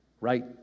right